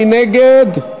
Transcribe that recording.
מי נגד?